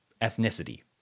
ethnicity